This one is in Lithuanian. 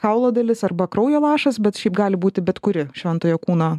kaulo dalis arba kraujo lašas bet šiaip gali būti bet kuri šventojo kūno